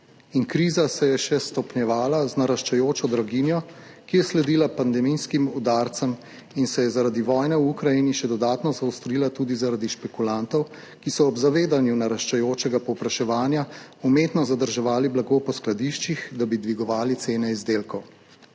kriza se je še stopnjevala z naraščajočo draginjo, ki je sledila pandemijskim udarcem in se je zaradi vojne v Ukrajini še dodatno zaostrila tudi zaradi špekulantov, ki so ob zavedanju naraščajočega povpraševanja umetno zadrževali blago po skladiščih, da bi dvigovali cene izdelkov.